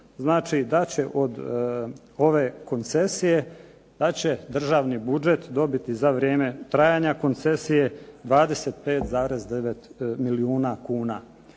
računicu da će od ove koncesije državni budžet dobiti za vrijeme trajanja koncesije 25,9 milijuna kuna.